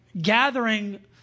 gathering